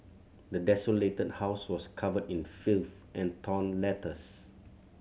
the desolated house was covered in filth and torn letters